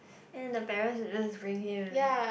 and the parent will just bring him